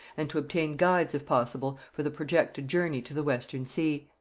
and to obtain guides if possible for the projected journey to the western sea.